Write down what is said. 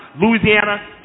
Louisiana